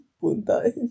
Punta